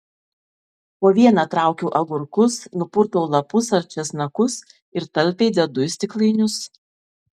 po vieną traukiu agurkus nupurtau lapus ar česnakus ir talpiai dedu į stiklainius